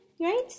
Right